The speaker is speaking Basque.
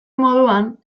moduan